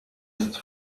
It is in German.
ist